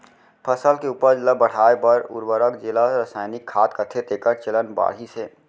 फसल के उपज ल बढ़ाए बर उरवरक जेला रसायनिक खाद कथें तेकर चलन बाढ़िस हे